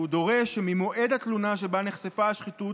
והוא דורש שממועד התלונה שבה נחשפה השחיתות